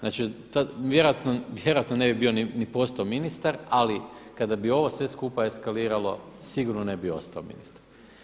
Znači tad vjerojatno ne bi bio ni postao ministar, ali kada bi ovo sve skupa eskaliralo sigurno ne bi ostao ministar.